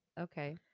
okay